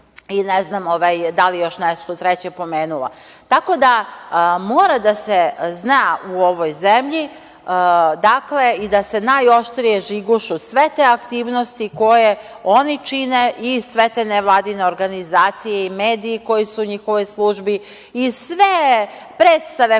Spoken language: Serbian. i ne znam da li je još nešto treće pomenula. Mora da se zna u ovoj zemlji i da se najoštrije žigošu sve te aktivnosti koje oni čine i sve te nevaldine organizacije i mediji koji su u njihovoj službi i sve predstave koje imaju,